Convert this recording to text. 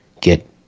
get